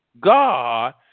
God